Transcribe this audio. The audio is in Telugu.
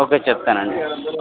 ఓకే చెప్తానండి